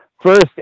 first